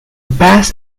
pass